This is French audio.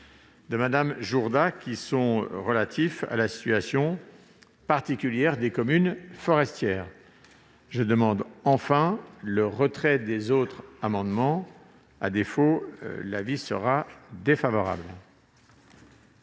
rectifié , qui sont relatifs à la situation particulière des communes forestières. Enfin, je demande le retrait des autres amendements. À défaut, mon avis serait défavorable.